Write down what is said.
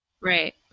Right